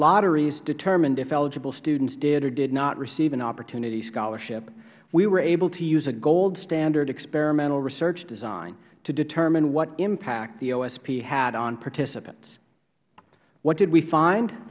lotteries determine if eligible students did or did not receive an opportunity scholarship we were able to use a gold standard experimental research design to determine what impact the osp had on participants what did we find